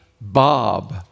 Bob